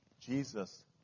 Jesus